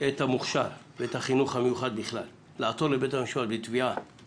את המוכש"ר ואת החינוך המיוחד בכלל לעתור לבית המשפט בתביעה